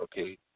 okay